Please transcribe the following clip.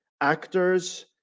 actors